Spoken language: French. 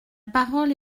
parole